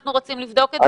אנחנו רוצים לבדוק את זה.